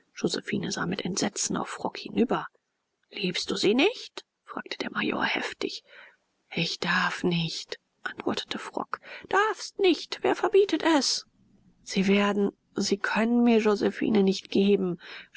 josephine sah mit entsetzen auf frock hinüber liebst du sie nicht fragte der major heftig ich darf nicht antwortete frock darfst nicht wer verbietet es sie werden sie können mir josephine nicht geben